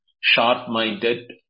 sharp-minded